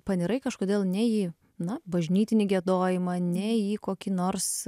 panirai kažkodėl ne į na bažnytinį giedojimą ne į kokį nors